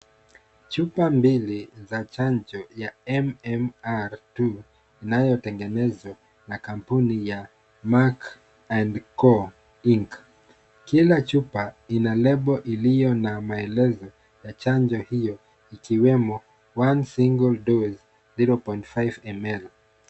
Chupa mbili za chanjo ya MMR-II inayotengenezwa na kampuni ya Merck and Co, Inc. Kila chupa ina nembo iliyo na maelezo ya chanjo hiyo ikiwemo one single doze 0.5ml .